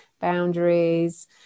boundaries